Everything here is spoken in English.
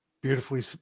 Beautifully